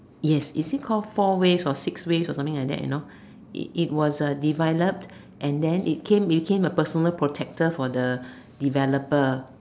yes if you call four ways or six ways something like that you know it it was developed and then it came became a personal helper for the developer